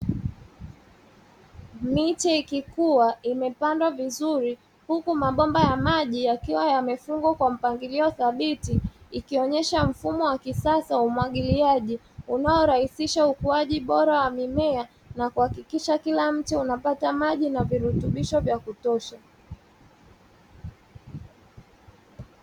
Miti ikikuwa imepandwa vizuri, huku mabomba ya maji yakiwa yamefungwa kwa mpangilio thabiti; ikionyesha mfumo wa kisasa wa umwagiliaji unaorahisisha ukuaji bora wa mimea, na kuhakikisha kila mti unapata maji, na virutubisho vya kutosha.